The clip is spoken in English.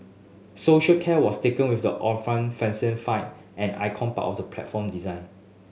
social care was taken with the ornamental fascia fan an iconic part of the platform design